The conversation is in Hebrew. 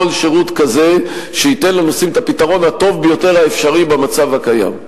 כל שירות כזה שייתן לנוסעים את הפתרון הטוב ביותר האפשרי במצב הקיים.